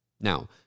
Now